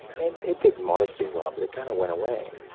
and it did modestly well, but it kind of went away.